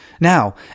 Now